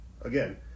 again